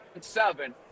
seven